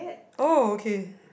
oh okay